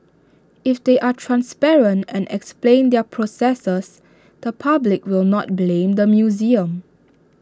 if they are transparent and explain their processes the public will not blame the museum